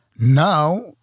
Now